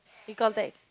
he call back